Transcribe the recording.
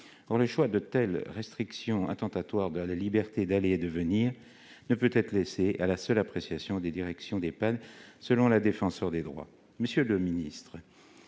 Le choix de telles restrictions attentatoires à la liberté d'aller et de venir ne peut être laissé à la seule appréciation des directions d'Ehpad, selon la Défenseure des droits.